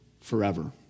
forever